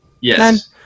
Yes